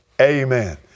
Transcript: Amen